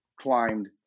climbed